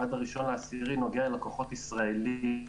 עד הראשון באוקטובר נוגע ללקוחות הישראלים.